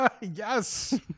yes